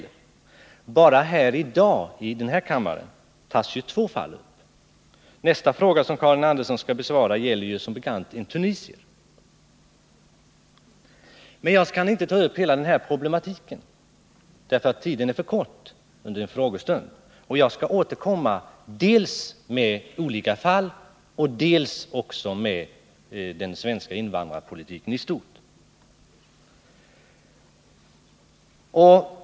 Enbart i dag tas det upp två fall här i kammaren. Nästa fråga som Karin Andersson skall besvara gäller som bekant en tunisier. Jag kan inte ta upp hela problematiken, eftersom tiden är fört kort under en frågestund. Men jag skall återkomma dels med olika fall, dels om den svenska invandrarpolitiken i stort.